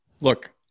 look